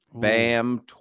Bam